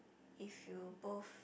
if you both